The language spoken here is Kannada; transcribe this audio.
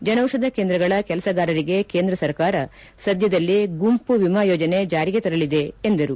ಜನೌಷಧ ಕೇಂದ್ರಗಳ ಕೆಲಸಗಾರರಿಗೆ ಕೇಂದ್ರ ಸರ್ಕಾರ ಸದ್ದದಲ್ಲೆ ಗುಂಪು ವಿಮಾ ಯೋಜನೆ ಜಾರಿಗೆ ತರಲಿದೆ ಎಂದರು